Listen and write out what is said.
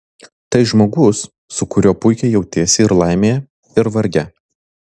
tai žmogus su kuriuo puikiai jautiesi ir laimėje ir varge